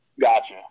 Gotcha